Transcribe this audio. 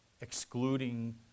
excluding